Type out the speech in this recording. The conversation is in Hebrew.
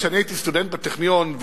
כשאני הייתי סטודנט בטכניון,